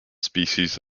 species